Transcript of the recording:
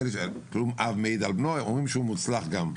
אין אב מעיד על בו, אבל אומרים שהוא מוצלח גם.